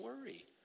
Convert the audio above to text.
worry